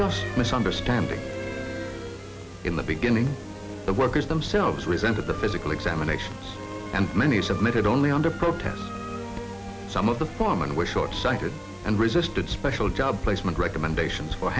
just a misunderstanding in the beginning the workers themselves resented the physical examination and many submitted only under protest some of the foreman with short sighted and resisted special job placement recommendations for